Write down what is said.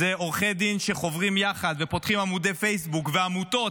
אלה עורכי דין שחוברים יחד ופותחים עמודי פייסבוק ועמותות,